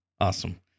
Awesome